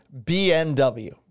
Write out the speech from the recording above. BMW